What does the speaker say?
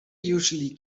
usually